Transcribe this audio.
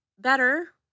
better